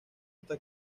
hasta